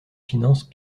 finances